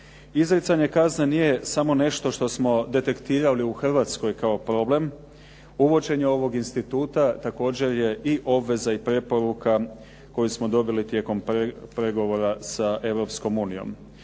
Izricanje kazne nije samo nešto što smo detektirali u Hrvatskoj kao problem, uvođenje ovog instituta također je i obveza i preporuka koju smo dobili tijekom pregovora sa